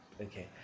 okay